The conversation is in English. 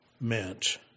meant